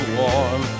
warm